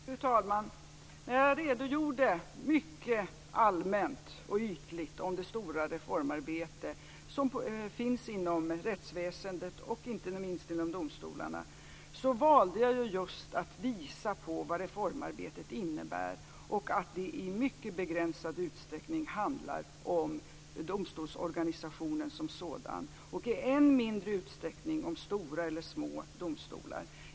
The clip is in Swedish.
Fru talman! När jag redogjorde mycket allmänt och ytligt om det stora reformarbete som finns inom rättsväsendet och inte minst inom domstolarna valde jag just att visa på vad reformarbetet innebär och att det i mycket begränsad utsträckning handlar om domstolsorganisationen som sådan och i än mindre utsträckning om stora eller små domstolar.